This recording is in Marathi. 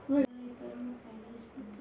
माझे वडील गहू साठवून ठेवल्यानंतर खूप खूश आहेत